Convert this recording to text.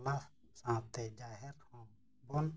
ᱴᱚᱞᱟ ᱥᱟᱶᱛᱮ ᱡᱟᱦᱮᱨ ᱦᱚᱸᱵᱚᱱ